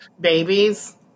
babies